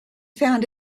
found